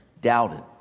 doubted